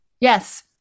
Yes